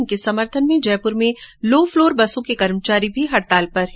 इनके समर्थन में जयपुर में लो फ्लोर बसों के कर्मचारी भी हड़ताल पर है